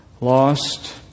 lost